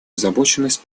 озабоченность